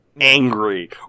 angry